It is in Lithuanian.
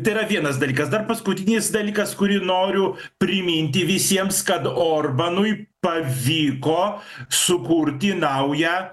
tai yra vienas dalykas dar paskutinis dalykas kurį noriu priminti visiems kad orbanui pavyko sukurti naują